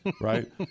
Right